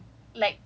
but okay you